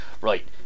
Right